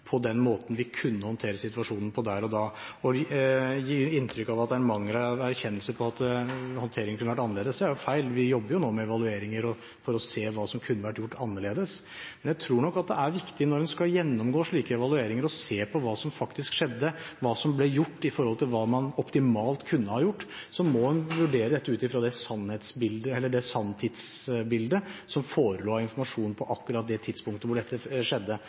på den måten vi kunne håndtere situasjonen på der og da. Å gi inntrykk av at det er mangel på erkjennelse av at håndteringen kunne vært annerledes, er feil. Vi jobber nå med evalueringer for å se på hva som kunne vært gjort annerledes. Men jeg tror nok at det er viktig når en skal gjennomgå slike evalueringer, å se på hva som faktisk skjedde, hva som ble gjort i forhold til hva man optimalt kunne ha gjort. Så må en vurdere dette ut fra det sanntidsbildet som forelå av informasjon på akkurat det tidspunktet da dette skjedde.